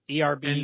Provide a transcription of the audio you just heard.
ERB